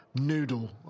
noodle